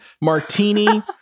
martini